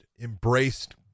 embraced